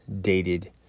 dated